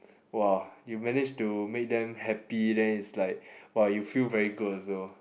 !wow! you manage to make them happy then is like !wow! you feel very good so